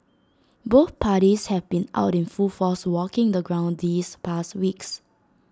both parties have been out in full force walking the ground these past weeks